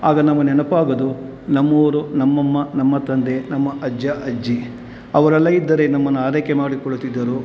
ಆಗ ನಮಗೆ ನೆನಪಾಗೋದು ನಮ್ಮೂರು ನಮ್ಮಮ್ಮ ನಮ್ಮ ತಂದೆ ನಮ್ಮ ಅಜ್ಜ ಅಜ್ಜಿ ಅವರೆಲ್ಲ ಇದ್ದರೆ ನಮ್ಮನ್ನು ಆರೈಕೆ ಮಾಡಿಕೊಳ್ಳುತ್ತಿದ್ದರು